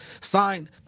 signed